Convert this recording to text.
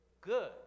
good